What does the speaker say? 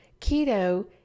Keto